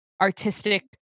artistic